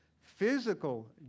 physical